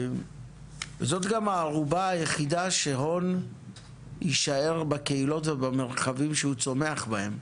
זו גם הערובה היחידה --- יישאר בקהילות ובמרחבים שהוא צומח בהם.